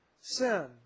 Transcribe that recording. sin